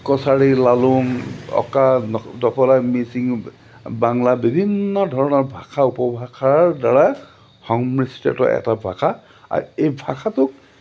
কছাৰী লালুং অকা ডফলা মিচিং বাংলা বিভিন্ন ধৰণৰ ভাষা উপভাষাৰদ্বাৰা সংমিশ্ৰত এটা ভাষা আৰু এই ভাষাটোক